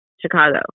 Chicago